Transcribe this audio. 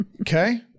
Okay